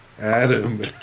Adam